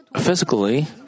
physically